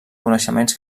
coneixements